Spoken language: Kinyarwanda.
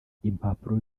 impapuro